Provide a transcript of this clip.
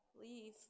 leave